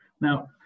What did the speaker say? Now